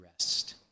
rest